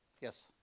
Yes